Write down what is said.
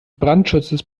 brandschutzes